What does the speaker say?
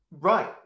Right